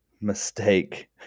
mistake